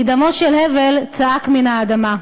כי דמו של הבל צעק מן האדמה.